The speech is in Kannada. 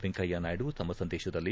ವೆಂಕಯ್ಯ ನಾಯ್ದು ತಮ್ಮ ಸಂದೇಶದಲ್ಲಿ